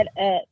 up